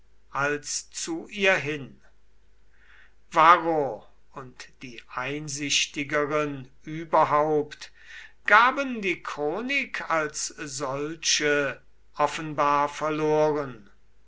als zu ihr hin varro und die einsichtigeren überhaupt gaben die chronik als solche offenbar verloren